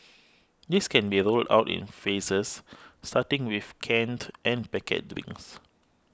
this can be rolled out in phases starting with canned and packet drinks